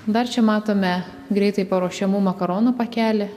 dar čia matome greitai paruošiamų makaronų pakelį